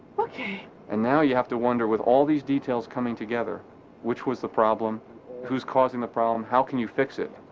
and now you have to wonder, with all these details coming together which was the problem who's causing the problem, how can you fix it?